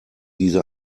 diese